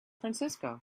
francisco